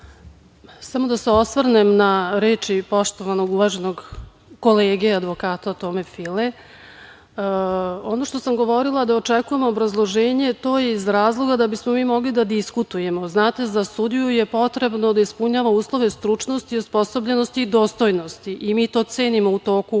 Samo da se osvrnem na reči poštovanog, uvaženog kolege, advokata Tome File. Ono što sam govorila, da očekujem obrazloženje, to je iz razloga da bismo mi mogli da diskutujemo. Znate za sudiju je potrebno da ispunjava uslove stručnosti, osposobljenosti i dostojnosti i mi to cenimo u toku procedure